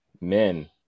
men